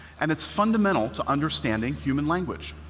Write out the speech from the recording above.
and it's fundamental to understanding human language.